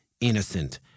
innocent